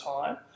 time